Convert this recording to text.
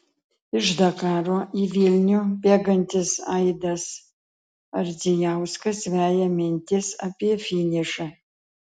iš dakaro į vilnių bėgantis aidas ardzijauskas veja mintis apie finišą